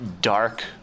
dark